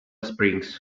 springs